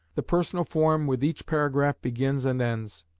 the personal form with each paragraph begins and ends.